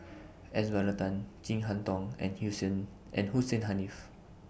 S Varathan Chin Harn Tong and and Hussein Haniff